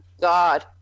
God